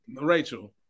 Rachel